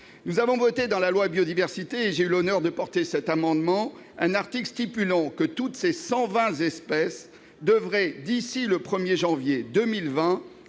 Nous avons voté, dans la loi Biodiversité, et j'ai eu l'honneur de porter cet amendement, un article disposant que toutes ces 120 espèces devraient, d'ici au 1 janvier 2020,